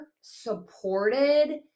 supported